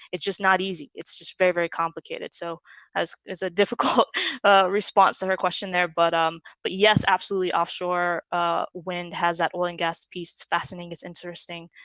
it's just not easy it's just very very complicated so as it's a difficult, ah response to her question there but um, but yes absolutely offshore ah wind has that oil and gas piece. it's fascinating. it's interesting